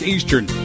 Eastern